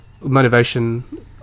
motivation